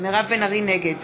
נגד